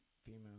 female